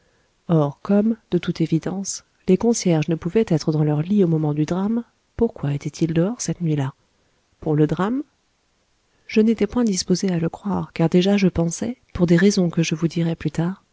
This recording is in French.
or comme de toute évidence les concierges ne pouvaient être dans leur lit au moment du drame pourquoi étaient-ils dehors cette nuit-là pour le drame je n'étais point disposé à le croire car déjà je pensais pour des raisons que je vous dirai plus tard